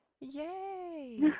Yay